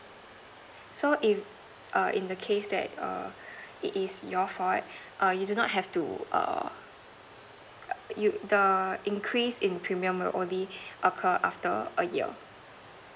so if err in the case that err it is your fault err you do not have to err you the increase in premium will only occur after a year